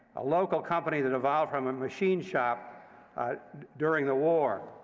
a local company that evolved from a machine shop during the war.